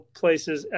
places